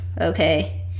okay